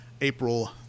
April